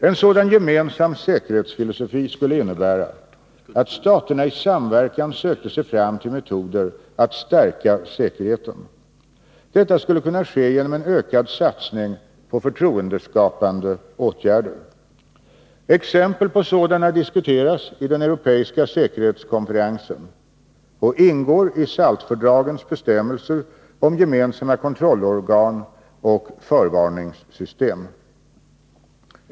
En sådan gemensam säkerhetsfilosofi skulle innebära att staterna i samverkan sökte sig fram till metoder att stärka säkerheten. Detta skulle kunna ske genom en ökad satsning på förtroendeskapande åtgärder. Exempel på sådana diskuteras i den europeiska säkerhetskonferensen och ingår i SALT-fördragens bestämmelser om gemensamma kontrollorgan och förvarningssystem.